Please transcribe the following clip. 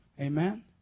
Amen